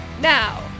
Now